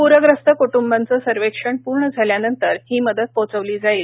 प्रग्रस्त क्ट्बांचं सर्व्हेक्षण पूर्ण झाल्यानंतर ही मदत पोचवली जाईल